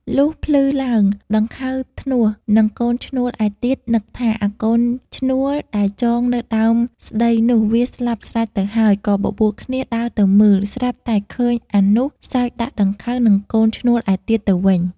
លុះភ្លឺឡើង ដង្ខៅធ្នស់ និងកូនឈ្នួលឯទៀតនឹកថា "អាកូនឈ្នួលដែលចងនៅដើមស្តីនោះ វាស្លាប់ស្រេច ទៅហើយ” ក៏បបួលគ្នាដើរទៅមើល ស្រាប់តែឃើញអានោះ សើចដាក់ដង្ខៅ និងកូនឈ្នួលឯទៀតទៅវិញ។